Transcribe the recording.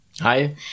Hi